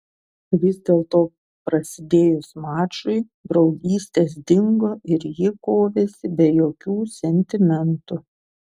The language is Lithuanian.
vis dėlto prasidėjus mačui draugystės dingo ir ji kovėsi be jokių sentimentų